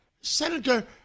Senator